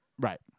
Right